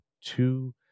two